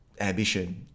ambition